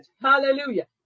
hallelujah